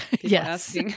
Yes